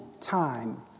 time